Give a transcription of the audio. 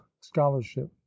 scholarship